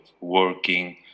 working